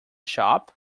shop